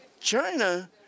China